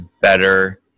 better